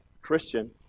Christian